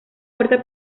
puerta